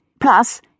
Plus